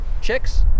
chicks